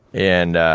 and